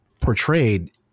portrayed